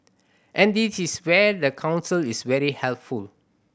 and this is where the Council is very helpful